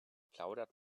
plaudert